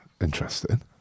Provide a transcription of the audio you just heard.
interesting